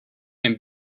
and